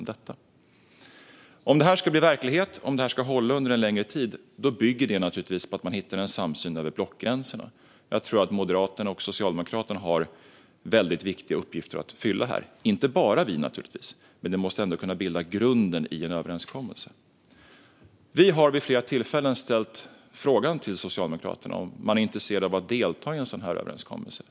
Om detta ska bli verklighet och hålla under en längre tid måste vi givetvis hitta en samsyn över blockgränserna. Här tror jag att Moderaterna och Socialdemokraterna har viktiga uppgifter att fylla - inte bara vi, givetvis, men vi måste bilda grunden i en överenskommelse. Moderaterna har vid flera tillfällen ställt frågan till Socialdemokraterna om de är intresserade av att delta i en sådan här överenskommelse.